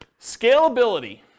Scalability